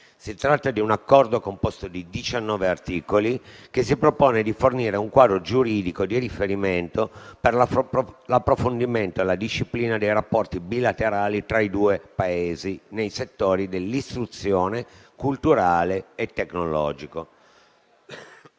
Si tratta di un Accordo composto di 19 articoli, che si propone di fornire un quadro giuridico di riferimento, per l'approfondimento e la disciplina dei rapporti bilaterali tra i due Paesi, nei settori dell'istruzione, culturale e tecnologico.